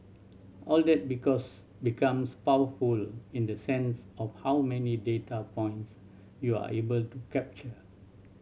all that because becomes powerful in the sense of how many data points you are able to capture